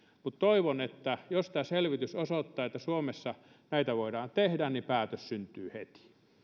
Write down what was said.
toivon että jos tämä selvitys osoittaa että suomessa näitä voidaan tehdä niin päätös syntyy heti